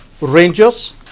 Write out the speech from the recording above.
Rangers